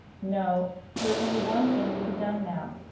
no there is only one thing to be done now.